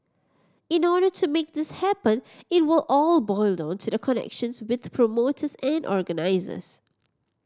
in order to make this happen it will all boil down to the connections with promoters and organisers